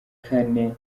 kane